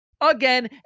again